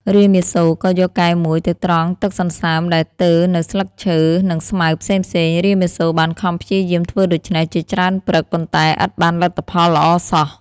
រាមាសូរក៏យកកែវមួយទៅត្រង់ទឹកសន្សើមដែលទើរនៅស្លឹកឈើនិងស្មៅផ្សេងៗ រាមាសូរបានខំព្យាយាមធ្វើដូច្នេះជាច្រើនព្រឹក ប៉ុន្តែឥតបានលទ្ធផលល្អសោះ។